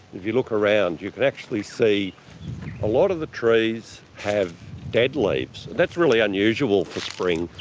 you look around you could actually see a lot of the trees have dead leaves. that's really unusual for spring.